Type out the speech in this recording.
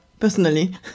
personally